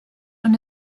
und